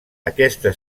aquesta